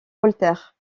voltaire